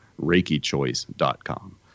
ReikiChoice.com